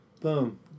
boom